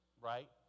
right